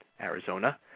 Arizona